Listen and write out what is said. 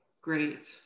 Great